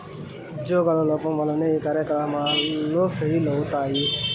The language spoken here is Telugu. ఉజ్యోగుల లోపం వల్లనే ఈ కార్యకలాపాలు ఫెయిల్ అయితయి